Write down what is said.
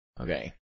Okay